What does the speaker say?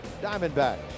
Diamondbacks